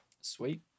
Sweet